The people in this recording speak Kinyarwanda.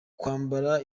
kwambara